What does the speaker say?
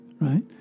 right